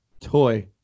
toy